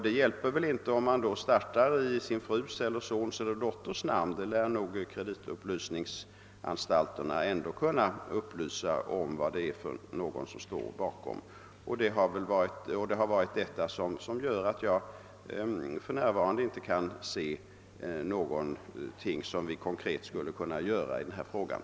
Det hjälper väl då inte om man startar ett företag i sin frus, sin sons eller sin dotters namn — kreditupplysningsanstalterna lär ändå kunna upplysa om vem som står bakom. Det är detta som gör att jag för närvarande inte kan se att vi konkret kan vidtaga några åtgärder i detta fall.